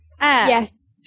Yes